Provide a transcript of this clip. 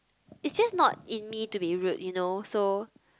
is just not in me to be rude you know so